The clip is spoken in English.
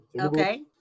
Okay